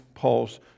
Paul's